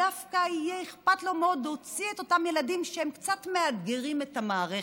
דווקא יהיה אכפת לו מאוד להוציא את אותם ילדים שקצת מאתגרים את המערכת,